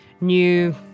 new